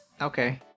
Okay